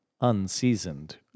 unseasoned